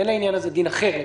אין בעניין הזה דין אחר לגביהן.